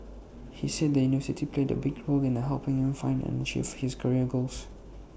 he said the university played A big role in helping him find and achieve his career goals